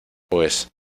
pues